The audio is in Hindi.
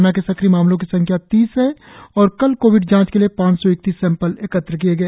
राज्य में कोरोना के सक्रिय मामलों की संख्या तीस है और कल कोविड जांच के लिए पांच सौ इकतीस सैंपल एकत्र किए गए